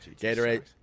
gatorade